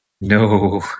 no